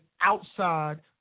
outside